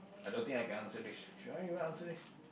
I don't think I can answer this should I even answer this